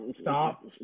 stop